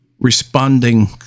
Responding